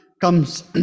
comes